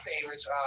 favorites